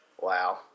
Wow